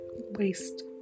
waste